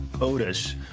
Otis